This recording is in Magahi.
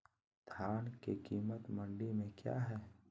धान के कीमत मंडी में क्या है?